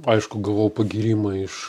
aišku gavau pagyrimą iš